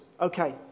okay